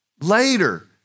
Later